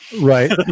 right